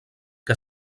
que